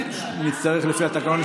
לפי התקנון,